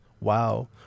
Wow